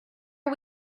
are